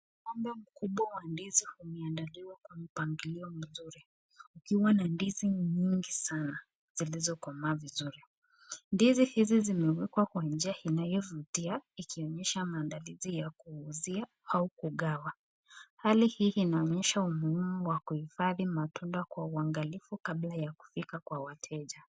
Gomba mkubwa wa ndizi ume andaliwa kwa mpangalio mzuri ikiwa na ndizi nyingi sana zilizo komaa vizuri. Ndizi hizi zime wekwa nje inayo vutia ikionyesha maandalizi ya kuuzia au kugawa, hali hii ina onyesha umuhimu wa kuhifadhi matunda kwa uangalifu kabla yakufika kwa wateja.